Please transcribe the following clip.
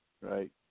right